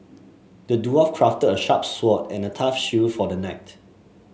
the dwarf crafted a sharp sword and a tough shield for the knight